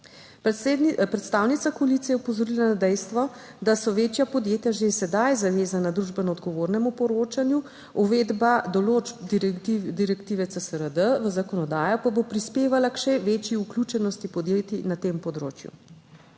Predstavnica koalicije je opozorila na dejstvo, da so večja podjetja že sedaj zavezana družbeno odgovornemu poročanju, uvedba določb direktive CSRD v zakonodajo pa bo prispevala k še večji vključenosti podjetij na tem področju.